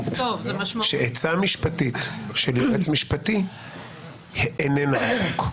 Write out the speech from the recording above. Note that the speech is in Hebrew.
שעצה משפטית של יועץ משפטי איננה החוק,